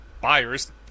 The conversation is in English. buyers